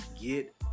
get